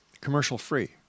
commercial-free